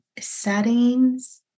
settings